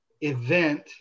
event